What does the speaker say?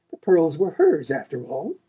pearls were hers, after all!